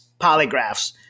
polygraphs